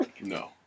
No